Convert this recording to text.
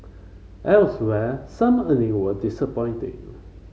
elsewhere some earning were disappointing